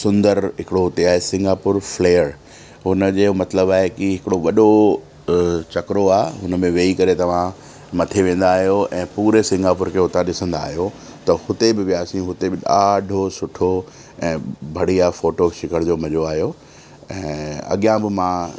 सुंदर हिकिड़ो हुते आहे सिंगापुर फ्लेयर हुनजो मतिलब आहे के हिकिड़ो वॾो चकिरो आहे हुनमें वेई करे तव्हां मथे वेंदा आहियो ऐं पूरे सिंगापुर खे हुतां ॾिसंदा आहियो त हुते बि वियासीं हुते बि ॾाढो सुठो ऐं बढ़िया फोटो छिकणि जो मजो आयो ऐं अॻियां बि मां